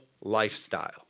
lifestyle